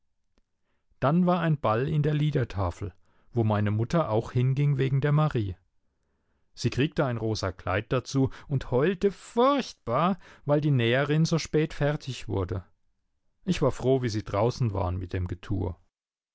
dann war ein ball in der liedertafel wo meine mutter auch hinging wegen der marie sie kriegte ein rosakleid dazu und heulte furchtbar weil die näherin so spät fertig wurde ich war froh wie sie draußen waren mit dem getue